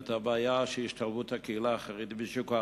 העליתי את הבעיה של השתלבות הקהילה החרדית בשוק העבודה.